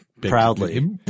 proudly